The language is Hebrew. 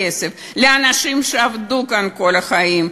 כסף לאנשים שעבדו כאן כל החיים,